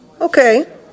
Okay